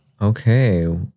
Okay